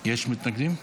יש מתנגדים?